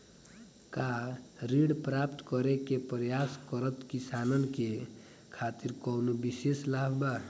का ऋण प्राप्त करे के प्रयास करत किसानन के खातिर कोनो विशेष लाभ बा